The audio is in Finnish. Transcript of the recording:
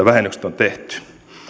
vähennykset on tehty